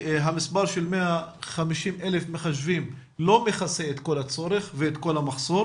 שהמספר של 150,000 מחשבים לא מכסה את כל הצורך ואת כל המחסור